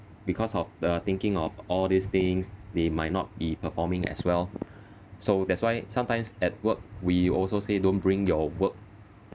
because of the thinking of all these things they might not be performing as well so that's why sometimes at work we also say don't bring your work